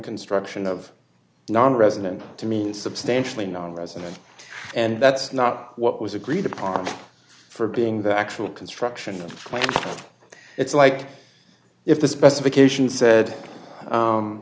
construction of nonresident to mean substantially nonresident and that's not what was agreed upon for being the actual construction point it's like if the specification said